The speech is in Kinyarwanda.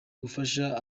gufasha